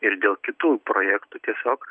ir dėl kitų projektų tiesiog